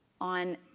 on